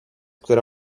które